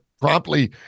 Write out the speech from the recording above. promptly